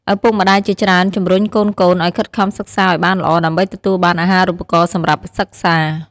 ឪពុកម្តាយជាច្រើនជំរុញកូនៗឱ្យខិតខំសិក្សាឲ្យបានល្អ ដើម្បីទទួលបានអាហារូបករណ៍សម្រាប់សិក្សា។